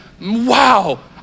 wow